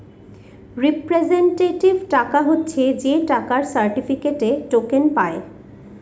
representative টাকা হচ্ছে যে টাকার সার্টিফিকেটে, টোকেন পায়